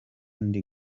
ndi